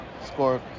score